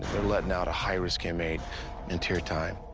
letting out a high risk inmate in tier time.